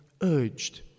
urged